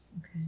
Okay